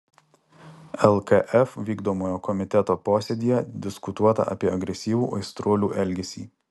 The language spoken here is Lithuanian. lkf vykdomojo komiteto posėdyje diskutuota apie agresyvų aistruolių elgesį